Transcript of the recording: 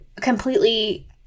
completely